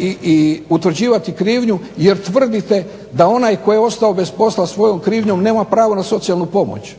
i utvrđivati krivnju, jer tvrdite da onaj koji je ostao bez posla svojom krivnjom nema pravo na socijalnu pomoć.